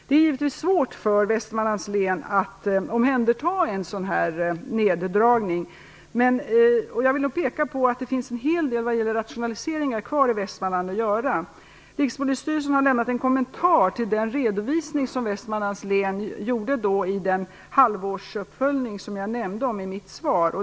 Det är givetvis svårt för Västmanlands län att omhänderta en sådan här neddragning, men jag vill då peka på att det finns en hel del kvar att göra i Västmanland när det gäller rationaliseringar. Rikspolisstyrelsen har lämnat en kommentar till den redovisning som Västmanlands län gjorde i den halvårsuppföljning som jag nämnde i mitt svar.